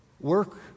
Work